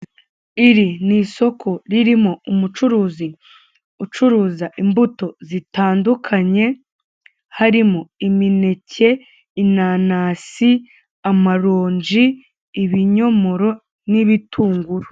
Iri ni isoko ririmo umucuruzi ucuruza imbuto zitandukanye, harimo imineke, inanasi, amaronji, ibinyomoro, n'ibitunguru.